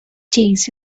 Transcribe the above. jeez